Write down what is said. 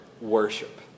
worship